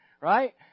Right